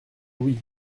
oui